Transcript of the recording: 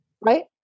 right